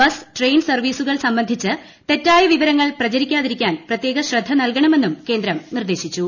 bus train സർവ്വീസുകൾ സംബന്ധിച്ച് തെറ്റായ വിവരങ്ങൾ പ്രചരിക്കാതിരിക്കാൻ പ്രത്യേക ശ്രദ്ധ നൽകണമെന്നും കേന്ദ്രം നിർദ്ദേശിച്ചു